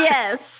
Yes